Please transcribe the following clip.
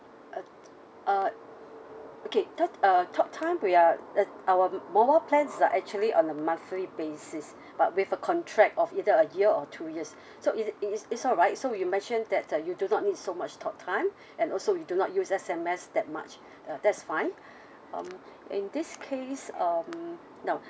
uh uh okay ta~ uh talk time we are uh our mobile plans are actually on a monthly basis but with a contract of either a year or two years so is it is it's alright so you mentioned that uh you do not need so much talk time and also you do not use S_M_S that much uh that's fine um in this case um now